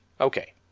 Okay